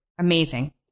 Amazing